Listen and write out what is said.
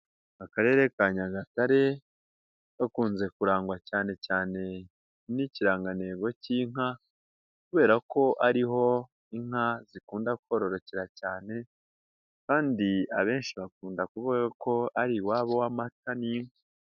Akarere ka Nyagatare gakunze kurangwa cyane cyane n'ikirangantego cy'inka kubera ko ari ho inka zikunda kororokera cyane, kandi abenshi bakunda kuvuga ko ari iwabo w'amata n'inka.